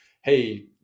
hey